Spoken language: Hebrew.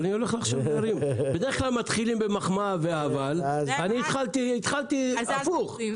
בדרך כלל מתחילים במחמאה ואבל, אני התחלתי הפוך.